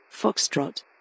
Foxtrot